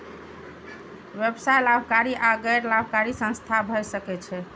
व्यवसाय लाभकारी आ गैर लाभकारी संस्था भए सकै छै